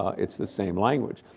it's the same language.